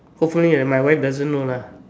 hopefully my wife doesn't know lah